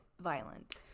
violent